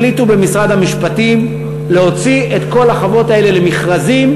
החליטו במשרד המשפטים להוציא את כל החוות האלה למכרזים,